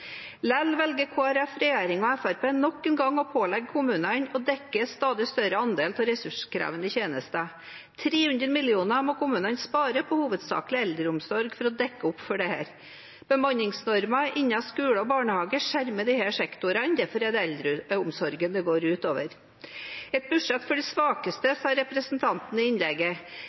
Likevel velger Kristelig Folkeparti, regjeringen og Fremskrittspartiet nok en gang å pålegge kommunene å dekke en stadig større andel av ressurskrevende tjenester. 300 mill. kr må kommunene spare på hovedsakelig eldreomsorg for å dekke opp for dette. Bemanningsnormer innen skole og barnehager skjermer disse sektorene, og derfor er det eldreomsorgen det går ut over. Et budsjett for de svakeste, sa representanten i innlegget,